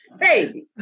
Hey